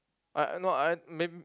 I no I mayb~